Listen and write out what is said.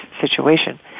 situation